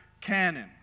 canon